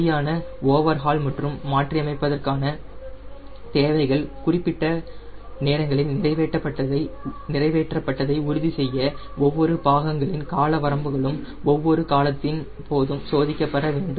சரியான overhaul மற்றும் மாற்றியமைப்பதற்கான தேவைகள் குறிப்பிட்ட நேரங்களில் நிறைவேற்றப்பட்டதை உறுதி செய்ய ஒவ்வொரு பாகங்களின் கால வரம்புகளும் ஒவ்வொரு ஆய்வு காலத்தின் போதும் சோதிக்கப்பட வேண்டும்